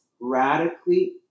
radically